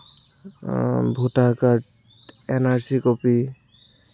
voter card N R C copy